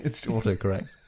autocorrect